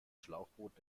schlauchboot